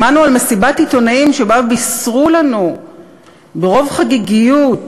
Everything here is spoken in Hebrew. שמענו על מסיבת עיתונאים שבה בישרו לנו ברוב חגיגיות